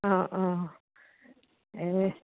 অঁ অঁ এই